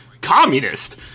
communist